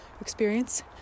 experience